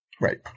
right